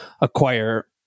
acquire